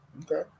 Okay